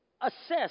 assess